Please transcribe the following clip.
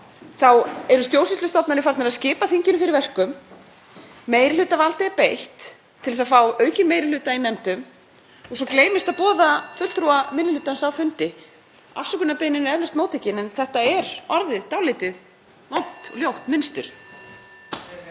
eru stjórnsýslustofnanir farnar að skipa þinginu fyrir verkum, meirihlutavaldi er beitt til að fá aukinn meiri hluta í nefndum (Forseti hringir.) og svo gleymist að boða fulltrúa minni hlutans á fundi. Afsökunarbeiðnin er eflaust móttekin en þetta er orðið dálítið vont og ljótt munstur.